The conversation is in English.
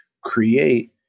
create